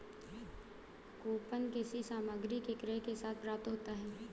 coupon किसी सामग्री के क्रय के साथ प्राप्त होता है